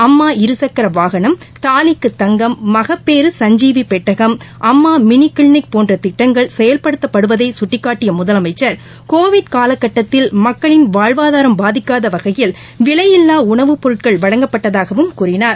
அம்மா இருசக்கரவாகனம் தாலிக்கு தங்கம் மகப்பேறு சஞ்சிவிபெட்டகம் அம்மாமினிகிளினிக் போன்றதிட்டங்கள் செயல்படுத்தப்படுவதைகட்டிக்காட்டியமுதலமைச்சர் கோவிட் காலக் கட்டத்தில் மக்களின் வாழ்வாதாரம் பாதிக்காதவகையில் விலையில்லாஉணவுப் பொருட்கள் வழங்கப்பட்டதாகவும் கூறினார்